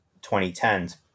2010s